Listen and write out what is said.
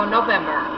November